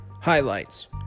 highlights